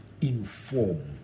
inform